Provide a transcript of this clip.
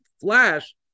flash